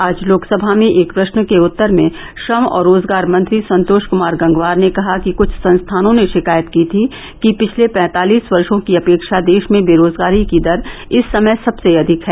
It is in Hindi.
आज लोकसभा में एक प्रश्न के उत्तर में श्रम और रोजगार मंत्री संतोष कुमार गंगवार ने कहा कि कुछ संस्थानों ने शिकायत की थी कि पिछले पैंतालिस वर्षो में देश में बेरोजगारी की दर इस समय सबसे अधिक है